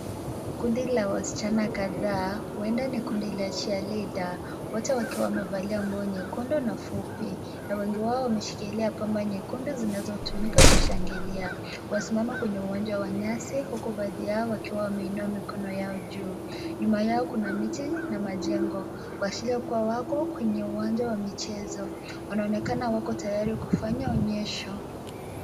Kundi la wasichana kadhaa huenda ni kundi la chair leader wote wakiwa wamevalia nguo nyekundu na fupi na wengi wao wameshikilia pamba nyekundu zinazotumika kushangilia. Wasimama kwenye uwanja wa nyasi huku baadhi yao wakiwa wameinua mikono yao juu. Nyuma yao kuna miti na majengo kuashiria kuwa wako kwenye uwanja wa michezo. Wanaonekana wako tayari kufanya onyesho.